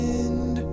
end